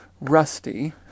Rusty